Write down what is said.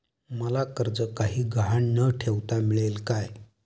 मला कर्ज काही गहाण न ठेवता मिळेल काय?